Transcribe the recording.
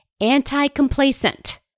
anti-complacent